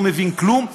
אף אחד לא מבין כלום,